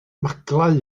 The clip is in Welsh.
maglau